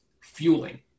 fueling